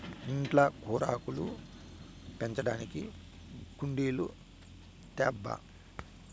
ఇంట్ల కూరాకులు పెంచడానికి కుండీలు తేబ్బా